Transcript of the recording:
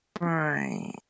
Right